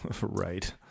right